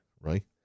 Right